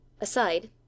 Aside